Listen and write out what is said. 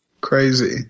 Crazy